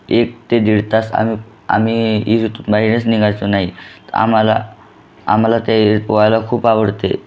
एक ते दीड तास आम्ही आम्ही इहीरीतून बाहेरच निघायचो नाही आम्हाला आम्हाला त्या इहीरीत पोआयला खूप आवडते